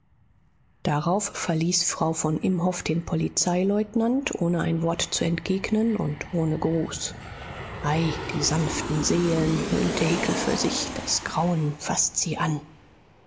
darauf verließ frau von imhoff den polizeileutnant ohne ein wort zu entgegnen und ohne gruß ei die sanften seelen höhnte hickel für sich das grausen faßt sie an